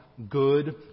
good